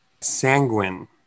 Sanguine